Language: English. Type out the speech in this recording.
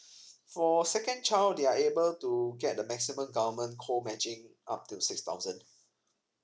for second child they are able to get the maximum government co matching up to six thousands